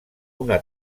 una